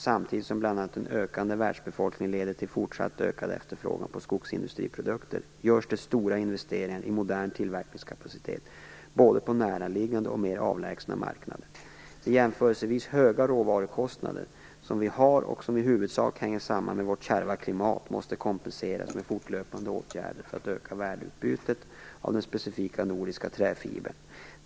Samtidigt som bl.a. en ökande världsbefolkning leder till fortsatt ökad efterfrågan på skogsindustriprodukter görs det stora investeringar i modern tillverkningskapacitet på både näraliggande och mer avlägsna marknader. De jämförelsevis höga råvarukostnader som vi har och som i huvudsak hänger samman med vårt kärva klimat måste kompenseras med fortlöpande åtgärder för att öka värdeutbytet av den specifika nordiska träfibern.